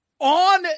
on